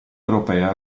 europea